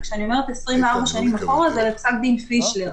כשאני אומרת 24 שנים אחורה אני מתכוונת לפסק דין פישלר.